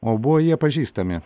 o buvo jie pažįstami